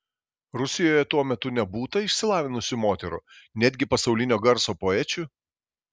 rusijoje tuo metu nebūta išsilavinusių moterų netgi pasaulinio garso poečių